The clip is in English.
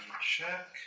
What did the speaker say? check